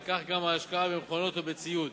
וכך גם ההשקעה במכונות ובציוד.